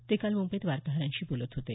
ते काल मुंबईत वार्ताहरांशी बोलत होते